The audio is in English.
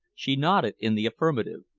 she nodded in the affirmative.